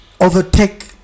overtake